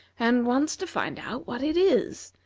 and wants to find out what it is.